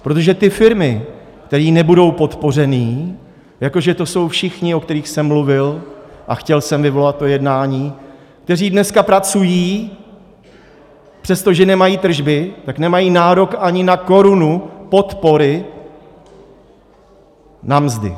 Protože ty firmy, které nebudou podpořeny, jako že to jsou všechny, o kterých jsem mluvil, a chtěl jsem vyvolat to jednání, které dneska pracují, přestože nemají tržby, tak nemají nárok ani na korunu podpory na mzdy.